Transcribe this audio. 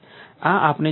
આ આપણે જોયું હતું